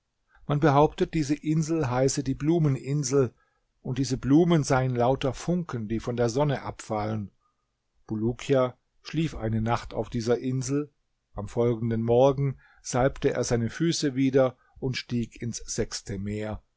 man behauptet diese insel heiße die blumeninsel und diese blumen seien lauter funken die von der sonne abfallen bulukia schlief eine nacht auf dieser insel am folgenden morgen salbte er seine füße wieder und stieg ins sechste meer